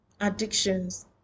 addictions